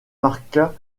marqua